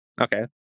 okay